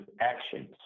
actions